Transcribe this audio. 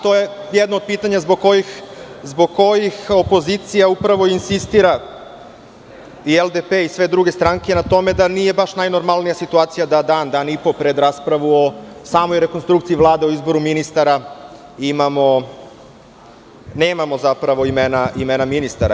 To je jedno od pitanja zbog kojih opozicija upravo insistira, i LDP i sve druge stranke, da nije baš najnormalnija situacija da dan, dan i po pred raspravu o samoj rekonstrukciji Vlade, o izboru ministara, nemamo zapravo imena ministara.